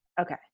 Okay